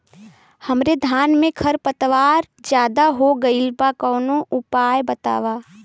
हमरे धान में खर पतवार ज्यादे हो गइल बा कवनो उपाय बतावा?